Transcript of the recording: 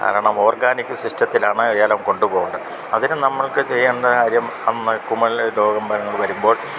കാരണം ഓർഗാനിക്ക് സിസ്റ്റത്തിലാണ് ഏലം കൊണ്ടു പോകേണ്ടത് അതിന് നമ്മൾക്ക് ചെയ്യേണ്ട കാര്യം അന്ന് കുമൽ രോഗം വരും വരുമ്പോൾ